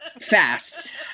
fast